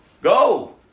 Go